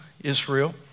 Israel